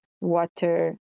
water